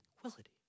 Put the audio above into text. tranquility